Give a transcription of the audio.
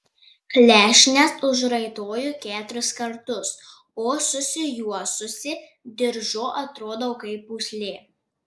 klešnes užraitoju keturis kartus o susijuosusi diržu atrodau kaip pūslė